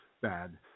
bad